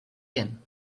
yen